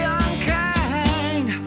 unkind